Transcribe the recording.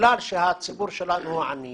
בגלל שהציבור שלנו עני